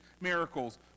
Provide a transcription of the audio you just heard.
miracles